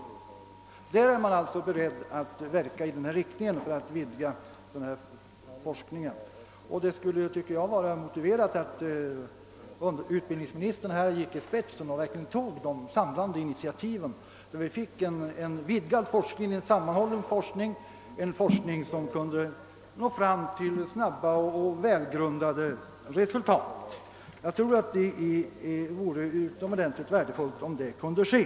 På detta håll var man alltså beredd att verka för en vidgning av denna forskning. Jag tycker att det skulle vara motiverat, att utbildningsministern härvidlag verkligen gick i spetsen och tog de samlande initiativen för att få till stånd en vidgad, sammanhållen forskning, som kunde nå fram till snabba och välgrundade resultat. Jag tror att det vore utomordentligt värdefullt om så kunde ske.